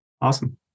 Awesome